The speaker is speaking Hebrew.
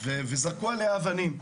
וזרקו עליה אבנים,